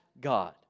God